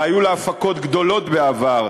והיו לה הפקות גדולות בעבר,